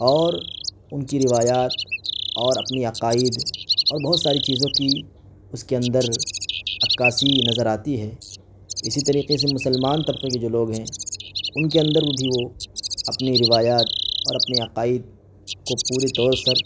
اور ان کی روایات اور اپنی عقائد اور بہت ساری چیزوں کی اس کے اندر عکّاسی نظر آتی ہے اسی طریقے سے مسلمان طبقے کے جو لوگ ہیں ان کے اندر بھی وہ اپنی روایات اور اپنے عقائد کو پورے طور سے